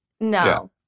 No